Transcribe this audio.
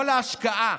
כל ההשקעה